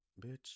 bitch